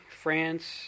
France